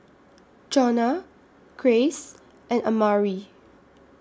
Jonna Grace and Amari